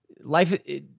life